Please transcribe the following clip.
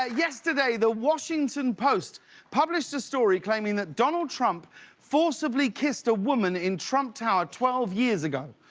ah yesterday, the washington post published a story claiming that donald trump forcibly kissed a woman in trump tower twelve years ago.